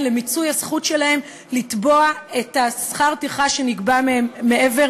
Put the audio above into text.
למיצוי הזכות שלהם לתבוע את שכר הטרחה שנגבה מהם מעבר